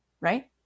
right